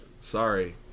Sorry